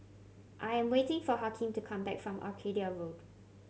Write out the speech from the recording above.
I am waiting for Hakeem to come back from Arcadia Road